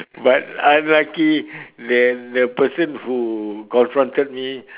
but unlucky that the person who confronted me